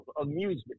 amusement